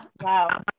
Wow